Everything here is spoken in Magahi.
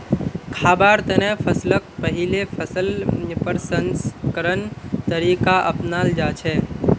खाबार तने फसलक पहिले फसल प्रसंस्करण तरीका अपनाल जाछेक